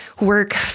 work